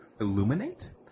illuminate